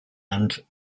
and